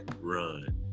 Run